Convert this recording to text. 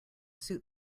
suit